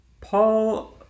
Paul